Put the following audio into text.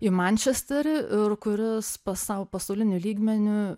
į mančesterį ir kuris pasau pasauliniu lygmeniu